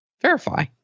Verify